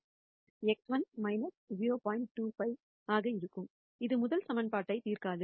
25 ஆக இருக்கும் அது முதல் ஈகிவேஷன்னை தீர்க்காது